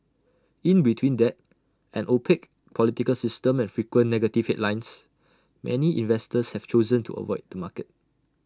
in between debt an opaque political system and frequent negative headlines many investors have chosen to avoid the market